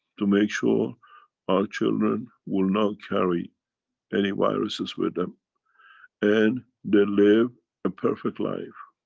to make sure our children will not carry any viruses with them and they live a perfect life.